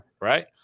Right